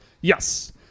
Yes